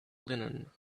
linen